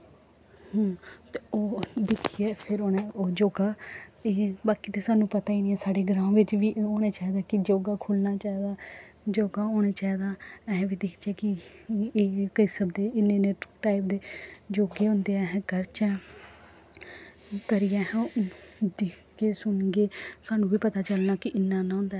ते ओह् दिक्खियै फिर उ'नें ओह् योग एह् बाकी ते सानूं पता गै निं ऐ साढ़े ग्रांऽ बिच्च बी ओह् होना चाहिदा कि योग खुल्लना चाहिदा योग होना चाहिदा अस बी दिखचै कि एह् एह् किसम दे इन्ने इन्ने टाईप दे योगे होंदे ऐ अस करचै करियै अस दिखगे सुनगे सानूं बी पता चलना कि इ'यां इ'यां होंदा ऐ